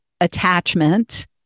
attachment